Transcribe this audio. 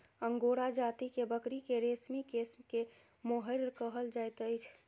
angora जाति के बकरी के रेशमी केश के मोहैर कहल जाइत अछि